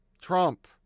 Trump